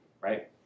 right